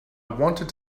wanted